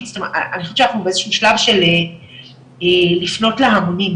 אני חושבת שאנחנו באישהו שלב של לפנות להמונים,